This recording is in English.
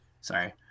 Sorry